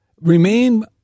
remain